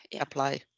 apply